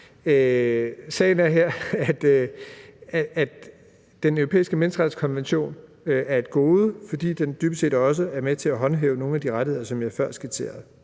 Sagen er her, at Den Europæiske Menneskerettighedskonvention er et gode, fordi den dybest set også er med til at håndhæve nogle af de rettigheder, som jeg før skitserede.